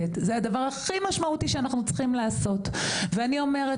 זה הדבר הכי משמעותי שאנחנו צריכים לעשות ואני אומרת